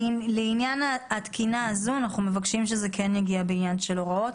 לעניין התקינה הזאת אנחנו מבקשים שזה כן יגיע בעניין של הוראות.